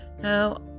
Now